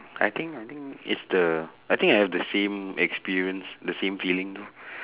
I think I think it's the I think I have the same experience the same feeling